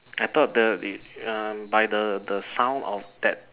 I thought that will be uh by the the sound of that